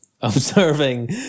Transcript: observing